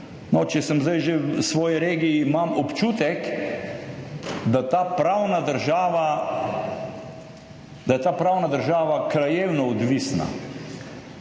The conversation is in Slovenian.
No, če sem zdaj že v svoji regiji, imam občutek, da ta pravna država, da je ta pravna